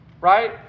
Right